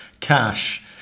cash